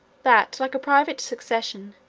that, like a private succession,